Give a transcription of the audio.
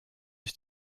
ich